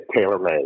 TaylorMade